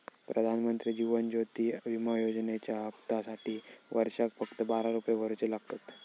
प्रधानमंत्री जीवन ज्योति विमा योजनेच्या हप्त्यासाटी वर्षाक फक्त बारा रुपये भरुचे लागतत